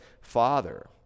father